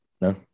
No